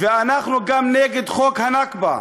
ואנחנו גם נגד חוק הנכבה.